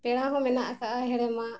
ᱯᱮᱲᱟ ᱦᱚᱸ ᱢᱮᱱᱟᱜ ᱟᱠᱟᱜᱼᱟ ᱦᱮᱲᱮᱢᱟᱜ